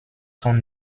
son